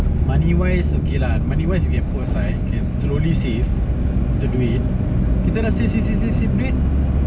money wise okay lah money wise you can put aside K slowly save to do it kita dah save save save save save duit